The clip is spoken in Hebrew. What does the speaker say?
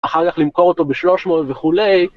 ‫אחר כך למכור אותו בשלוש מאות וכולי.